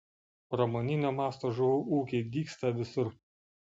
pramoninio masto žuvų ūkiai dygsta visur